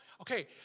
Okay